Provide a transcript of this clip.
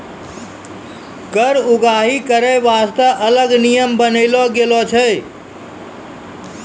कर उगाही करै बासतें अलग नियम बनालो गेलौ छै